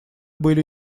были